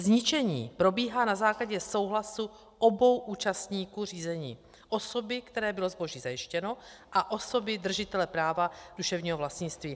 Zničení probíhá na základě souhlasu obou účastníků řízení, osoby, které bylo zboží zajištěno, a osoby držitele práva duševního vlastnictví.